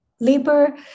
labor